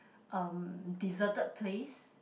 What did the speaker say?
um deserted place